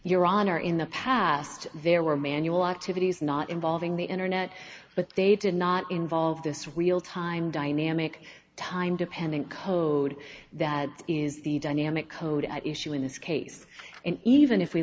your honor in the past there were manual activities not involving the internet but they did not involve this real time dynamic time dependent code that is the dynamic code at issue in this case and even if we